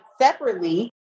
separately